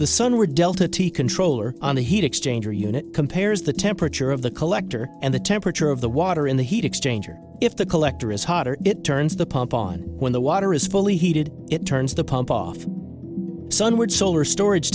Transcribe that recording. the sun where delta t controller on the heat exchanger unit compares the temperature of the collector and the temperature of the water in the heat exchanger if the collector is hotter it turns the pump on when the water is fully heated it turns the pump off sunward solar storage